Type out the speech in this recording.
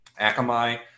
akamai